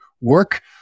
work